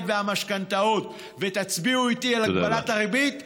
והמשכנתאות ותצביעו איתי על הגבלת הריבית,